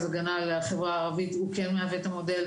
הגנה לחברה הערבית הוא כן מהווה את המודל,